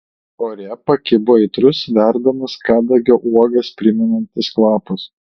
ore pakibo aitrus verdamas kadagio uogas primenantis kvapas